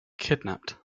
kidnapped